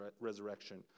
resurrection